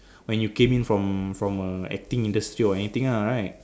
when you came in from from a acting industry or anything ah right